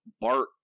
Bart